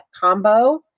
combo